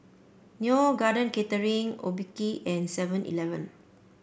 Neo Garden Catering Obike and Seven Eleven